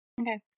Okay